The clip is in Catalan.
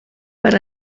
per